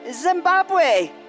Zimbabwe